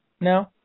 No